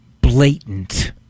blatant